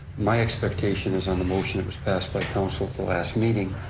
my expectation is on the motion that was passed by council at the last meeting